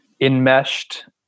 enmeshed